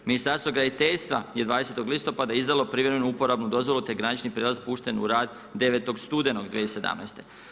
Ministarstvo graditeljstva je 20. listopada izdalo privremenu uporabnu dozvolu te granični prijelaz pušten u rad 9. studenog 2017.